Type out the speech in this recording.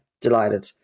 delighted